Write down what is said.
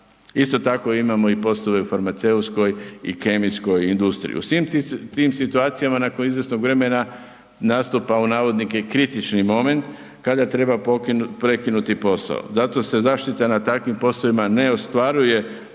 Isto tako imamo poslove u farmaceutskoj i kemijskoj industriji. U svim tim situacijama nakon izvjesnog vremena nastupa u navodnike, kritični moment, kada treba prekinuti posao. Zato se zaštita na takvim poslovima ne ostvaruje